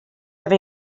have